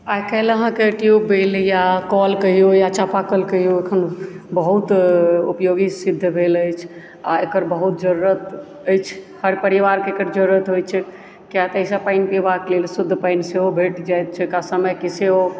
आइ काल्हि अहाँके ट्यूबवेल या कल कहियौ या चापाकल कहियौ एखन बहुत उपयोगी सिद्ध भेल अछि आओर एकर बहुत जरूरत अछि हर परिवारके एकर जरूरत होइत छै किया तऽ एहिसँ पानि पिबाक लेल शुद्ध पानि सेहो भेट जाइत छै समयके सेहो